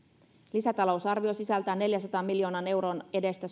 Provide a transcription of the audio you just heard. lisätalousarvio sisältää neljänsadan miljoonan euron edestä